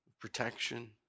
protection